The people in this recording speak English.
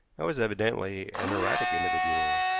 and was evidently an erratic individual.